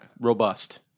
Robust